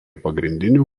pagrindinių